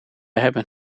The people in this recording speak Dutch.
hebben